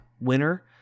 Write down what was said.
winner